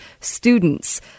students